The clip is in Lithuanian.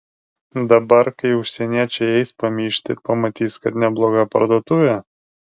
dabar kai užsieniečiai eis pamyžti pamatys kad nebloga parduotuvė